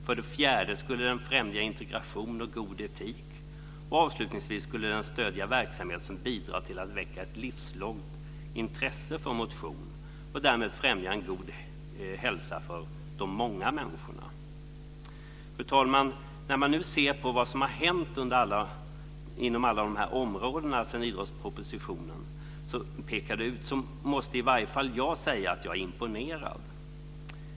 För det fjärde skulle de främja integration och god etik. Avslutningsvis skulle de stödja verksamhet som bidrar till att väcka ett livslångt intresse för motion och därmed främja en god hälsa för de många människorna. Fru talman! När vi nu ser på vad som har hänt inom alla de här områdena som idrottspropositionen pekade ut måste i alla fall jag säga att jag är imponerad.